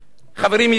חברים יקרים,